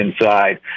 inside